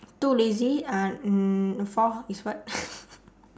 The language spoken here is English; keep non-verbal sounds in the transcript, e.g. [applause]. too lazy uh mm fourth is what [laughs]